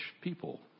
people